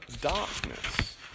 darkness